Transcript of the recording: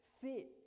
fit